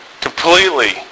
completely